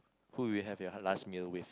who you have your last meal with